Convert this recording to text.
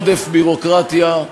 עודף ביורוקרטיה,